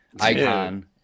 icon